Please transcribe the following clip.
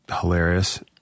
hilarious